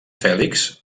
fèlix